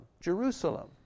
Jerusalem